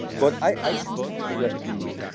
but i choose to believe that he knew.